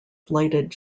blighted